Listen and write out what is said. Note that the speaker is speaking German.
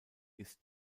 ist